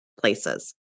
places